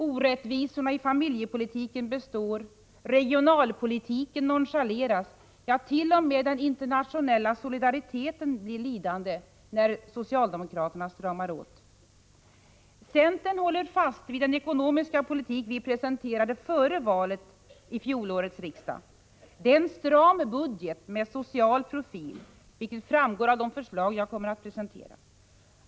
Orättvisorna i familjepolitiken består, regionalpolitiken nonchaleras, ja, t.o.m. den internationella solidariteten blir lidande när socialdemokraterna stramar åt. Centern håller fast vid den ekonomiska politik vi presenterade före valet i fjolårets riksmöte. Det är en stram budget med social profil, vilket framgår av de förslag jag kommer att presentera.